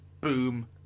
Boom